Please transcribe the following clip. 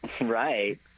Right